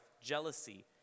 jealousy